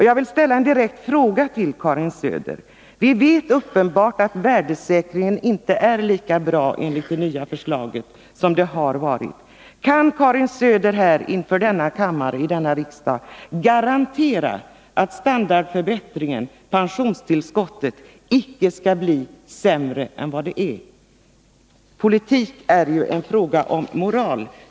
Jag vill ställa en direkt fråga till Karin Söder: Vi vet att värdesäkringen enligt det nya förslaget inte är lika bra som den har varit, men kan då Karin Söder inför kammarens ledamöter garantera att standardförbättringen, dvs. pensionstillskottet, icke blir lägre än det nu är? Politik är ju en fråga om moral.